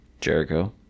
Jericho